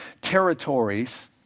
territories